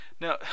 Now